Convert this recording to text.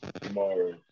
Tomorrow